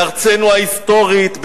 בארצנו ההיסטורית,